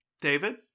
David